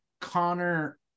Connor